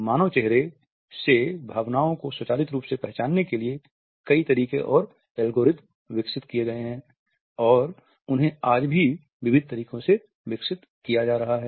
मानव चेहरे से भावनाओं को स्वचालित रूप से पहचानने के लिए कई तरीके और एल्गोरिदम विकसित किए गए हैं और उन्हें आज भी विविध तरीकों से विकसित किया जा रहा है